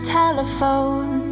telephone